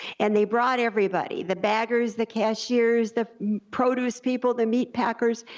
and they brought everybody, the baggers, the cashiers, the produce people, the meat packers,